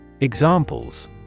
Examples